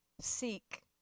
seek